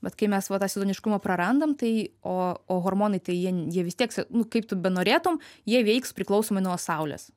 bet kai mes va tą sezoniškumą prarandam tai o o hormonai tai jie jie vis tiek nu kaip tu benorėtum jie veiks priklausomai nuo saulės